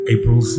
April